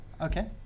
Okay